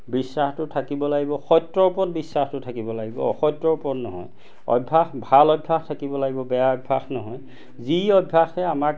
বিশ্বাসটো থাকিব লাগিব সত্যৰ ওপৰত বিশ্বাসটো থাকিব লাগিব অসত্যৰ ওপৰত নহয় অভ্যাস ভাল অভ্যাস থাকিব লাগিব বেয়া অভ্যাস নহয় যি অভ্যাসে আমাক